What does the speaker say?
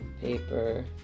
paper